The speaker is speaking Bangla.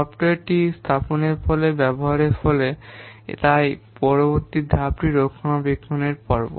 সফ্টওয়্যারটি স্থাপনের পরে ব্যবহারের পরে তাই পরবর্তী ধাপটি রক্ষণাবেক্ষণের পর্ব